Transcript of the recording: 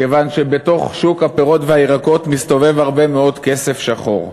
כיוון שבתוך שוק הפירות והירקות מסתובב הרבה מאוד כסף שחור.